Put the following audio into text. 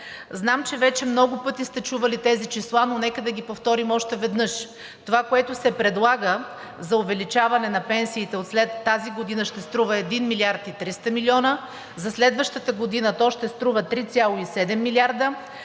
Знам, че вече много пъти сте чували тези числа, но нека да ги повторим още веднъж. Това, което се предлага за увеличаване на пенсиите тази година, ще струва 1 милиард и 300 милиона, за следващата година то ще струва 3,7 милиарда,